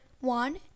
one